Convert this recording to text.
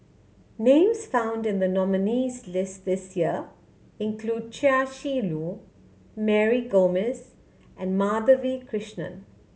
names found in the nominees' list this year include Chia Shi Lu Mary Gomes and Madhavi Krishnan